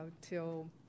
till